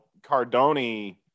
Cardoni